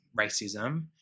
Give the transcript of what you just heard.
racism